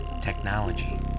technology